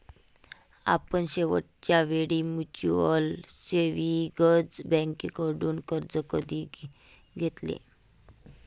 आपण शेवटच्या वेळी म्युच्युअल सेव्हिंग्ज बँकेकडून कर्ज कधी घेतले?